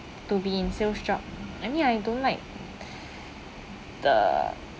to be in sales drop I mean I don't like the